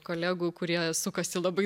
kolegų kurie sukasi labai